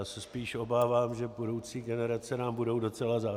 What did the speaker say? Já se spíš obávám, že budoucí generace nám budou docela závidět.